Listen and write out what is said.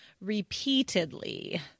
repeatedly